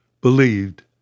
believed